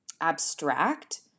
abstract